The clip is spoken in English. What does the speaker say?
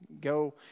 Go